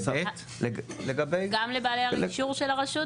גם לבעלי רישוי של הרשות,